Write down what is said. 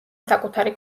საკუთარი